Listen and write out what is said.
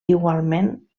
igualment